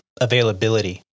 availability